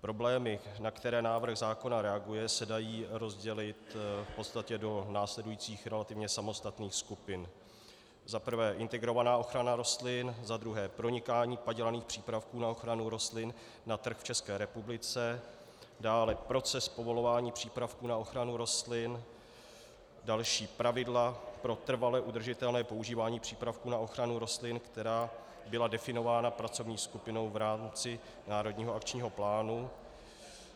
Problémy, na které návrh zákona reaguje, se dají rozdělit v podstatě do následujících relativně samostatných skupin: za prvé integrovaná ochrana rostlin, za druhé pronikání padělaných přípravků na ochranu rostlin na trh v České republice, dále proces povolování přípravků na ochranu rostlin, další pravidla pro trvale udržitelné používání přípravků na ochranu rostlin, která byla definována pracovní skupinou v rámci národního akčního plánu,